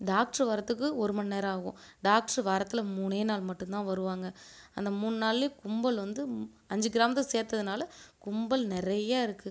doctor வரதுக்கு ஒரு மணி நேரம் ஆகும் டாக்டரு வாரத்தில் மூணே நாள் மட்டும் தான் வருவாங்க அந்த மூணு நாள்லேயும் கும்பல் வந்து அஞ்சு கிராமத்தை சேர்த்ததுனால கும்பல் நிறையா இருக்குது